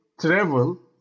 travel